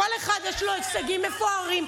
לכל אחד יש הישגים מפוארים,